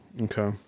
okay